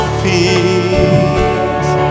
peace